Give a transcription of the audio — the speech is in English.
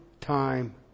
time